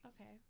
Okay